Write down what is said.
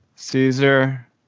Caesar